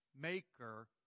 maker